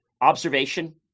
Observation